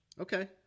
Okay